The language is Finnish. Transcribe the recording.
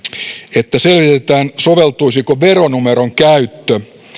että selvitetään soveltuisiko veronumeron käyttö